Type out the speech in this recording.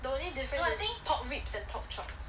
the only difference is pork ribs and pork chop